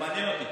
מעניין אותי.